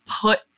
put